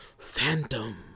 phantom